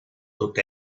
looked